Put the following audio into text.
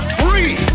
free